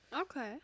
Okay